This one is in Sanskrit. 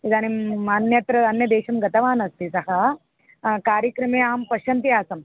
इदानीम् अन्यत्र अन्यदेशं गतवानस्ति सः कार्यक्रमे अहं पश्यन्ती आसम्